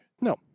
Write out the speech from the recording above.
no